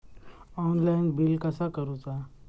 Online bill कसा करुचा?